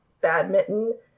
badminton